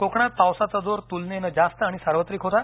कोकणात पावसाचा जोर तुलनेत जास्त आणि सार्वत्रिक होता